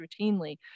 routinely